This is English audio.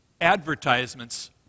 advertisements